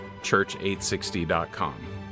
church860.com